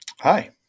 Hi